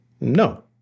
no